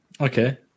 Okay